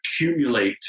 accumulate